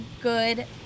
good